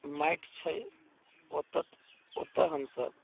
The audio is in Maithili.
माटि छै ओतय ओतय हमसभ